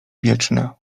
wietrzna